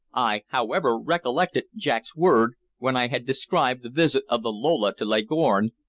i, however, recollected jack's word, when i had described the visit of the lola to leghorn,